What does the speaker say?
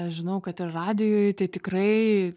žinau kad ir radijui tai tikrai